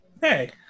Hey